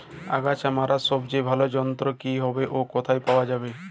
আগাছা মারার সবচেয়ে ভালো যন্ত্র কি হবে ও কোথায় পাওয়া যাবে?